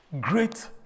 great